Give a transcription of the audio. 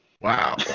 Wow